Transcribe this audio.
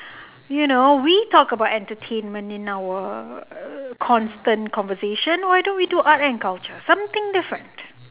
you know we talk about entertainment in our err constant conversation why don't we do art and culture something different